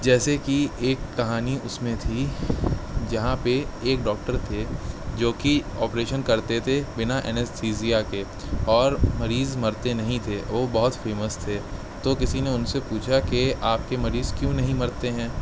جیسے کہ ایک کہانی اس میں تھی جہاں پہ ایک ڈاکٹر تھے جوکہ آپریشن کرتے تھے بنا انستھیزیا کے اور مریض مرتے نہیں تھے وہ بہت فیمس تھے تو کسی نے ان سے پوچھا کہ آپ کے مریض کیوں نہیں مرتے ہیں